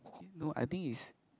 no I think is